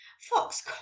Fox